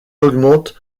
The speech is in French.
augmente